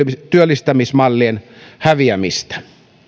työllistämismallien häviämistä